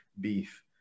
beef